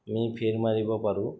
আমি ফেৰ মাৰিব পাৰোঁ